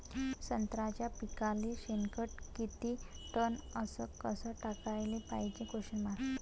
संत्र्याच्या पिकाले शेनखत किती टन अस कस टाकाले पायजे?